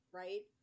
right